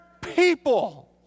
people